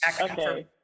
Okay